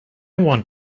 want